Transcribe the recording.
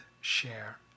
share